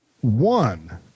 One